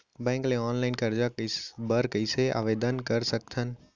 Bank ले online करजा बर कइसे आवेदन कर सकथन?